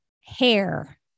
hair